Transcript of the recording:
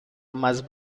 más